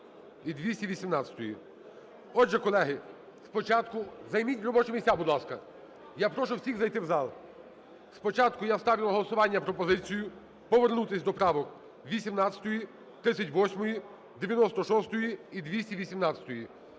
і 218-ї. Отже, колеги, спочатку займіть робочі місця, будь ласка. Я прошу всіх зайти в зал. Спочатку я ставлю на голосування пропозицію повернутись до правок 18-ї, 38-ї, 96-ї і 218-ї.